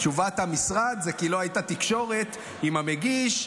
תשובת המשרד: לא הייתה תקשורת עם המגיש,